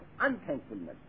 unthankfulness